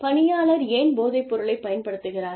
பணியாளர் ஏன் போதைப்பொருளைப் பயன்படுத்துகிறார்